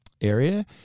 area